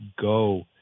go